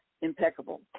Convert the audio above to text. impeccable